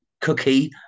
cookie